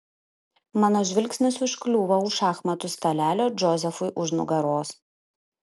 mano žvilgsnis užkliūva už šachmatų stalelio džozefui už nugaros